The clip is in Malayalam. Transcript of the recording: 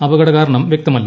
അപകട കാരണം വ്യക്തമല്ല